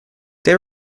they